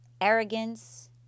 arrogance